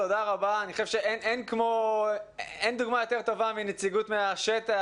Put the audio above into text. אין דוגמה יותר טובה מנציגות בשטח.